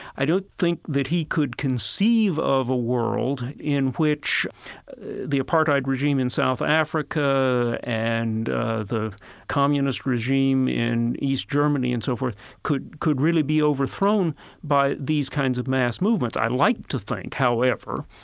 i don't think that he could conceive of a world in which the apartheid regime in south africa and the communist regime in east germany, and so forth could, could really be overthrown by these kinds of mass movements. i'd like to think, however,